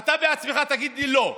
אתה בעצמך תגידי לי: לא,